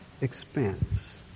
Expense